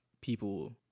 people